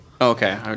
Okay